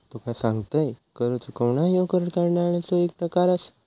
तुका सांगतंय, कर चुकवणा ह्यो कर टाळण्याचो एक प्रकार आसा